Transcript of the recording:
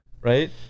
right